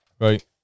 Right